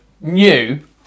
New